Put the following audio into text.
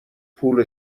پول